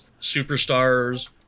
Superstars